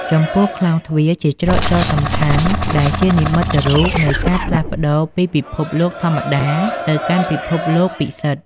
ចំពោះក្លោងទ្វារ ជាច្រកចូលសំខាន់ ដែលជានិមិត្តរូបនៃការផ្លាស់ប្តូរពីពិភពលោកធម្មតាទៅកាន់ពិភពលោកពិសិដ្ឋ។